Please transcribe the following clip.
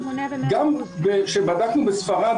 גם כשבדקנו בספרד,